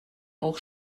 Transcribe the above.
auch